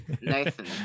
Nathan